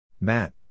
Matt